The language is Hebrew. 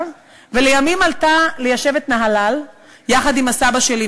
ולימים עלתה ליישב את נהלל יחד עם סבא שלי,